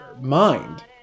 mind